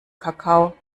kakao